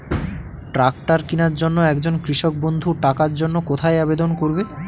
Tractor কিনার জন্য একজন কৃষক বন্ধু টাকার জন্য কোথায় আবেদন করবে?